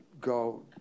go